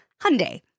Hyundai